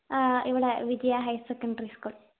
ഇവിടെ Vijaya higher secondary school